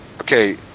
okay